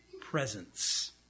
presence